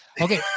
Okay